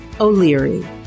O'Leary